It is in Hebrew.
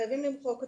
חייבים למחוק אותה.